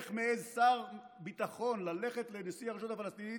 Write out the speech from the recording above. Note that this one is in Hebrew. איך מעז שר ביטחון ללכת לנשיא הרשות הפלסטינית,